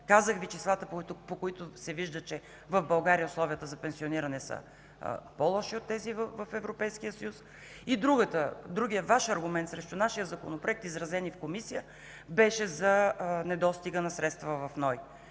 казах Ви, числата, по които се вижда, че условията за пенсиониране в България са по-лоши от тези в Европейския съюз. И другият Ваш аргумент срещу нашия законопроект, изразен и в Комисията, беше за недостига на средства в НОИ.